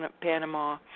Panama